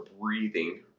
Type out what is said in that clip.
breathing